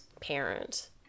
parent